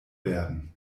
werden